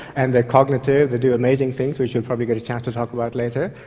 and they're cognitive, they do amazing things, which we'll probably get a chance to talk about later.